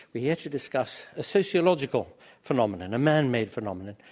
we're here to discuss a sociological phenomenon, a man-made phenomenon,